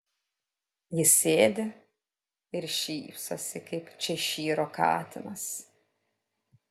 jis sėdi ir šypsosi kaip češyro katinas